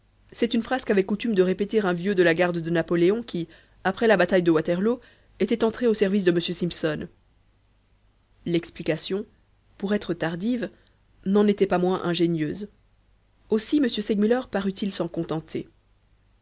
c'est une phrase qu'avait coutume de répéter un vieux de la garde de napoléon qui après la bataille de waterloo était entré au service de m simpson l'explication pour être tardive n'en était pas moins ingénieuse aussi m segmuller parut-il s'en contenter